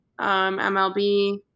MLB